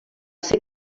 ser